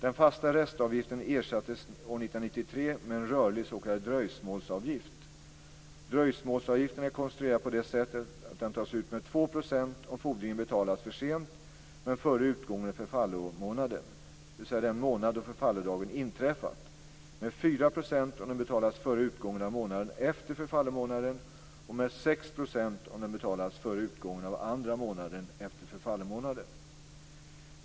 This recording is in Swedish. Den fasta restavgiften ersattes år 1993 med en rörlig s.k. dröjsmålsavgift. Dröjsmålsavgiften är konstruerad på det sättet att den tas ut med 2 % om fordringen betalas för sent men före utgången av förfallomånaden, dvs. den månad då förfallodagen inträffat, med 4 % om den betalas före utgången av månaden efter förfallomånaden och med 6 % om den betalas före utgången av andra månaden efter förfallomånaden.